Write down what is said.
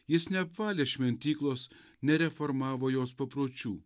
jis neapvalė šventyklos nereformavo jos papročių